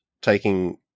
taking